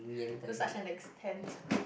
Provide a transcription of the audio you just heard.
to such an extent